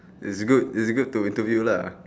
it's good it's good to interview lah